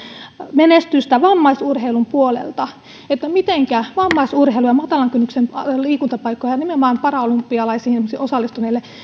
menestystä vammaisurheilun puolelta niin mitenkä vammaisurheilun ja matalan kynnyksen liikuntapaikkoja nimenomaan esimerkiksi paralympialaisiin osallistuneille